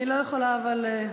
אני לא יכולה אבל,